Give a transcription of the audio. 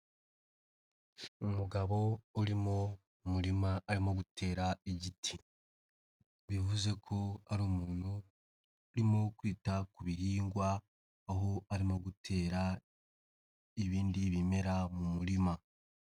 Umugabo urimo umurima arimo gutera igiti, bivuze ko ari umuntu urimo kwita ku birihingwa aho arimo gutera ibindi bimera mu murima.